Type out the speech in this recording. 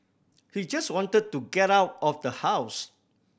he just wanted to get out of the house